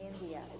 India